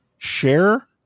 Share